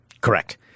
Correct